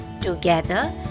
Together